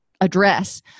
address